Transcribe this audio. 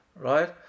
right